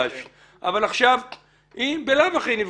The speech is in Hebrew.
אבל הרי בלאו הכי הם נפגשים.